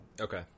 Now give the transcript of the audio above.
Okay